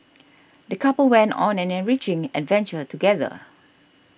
the couple went on an enriching adventure together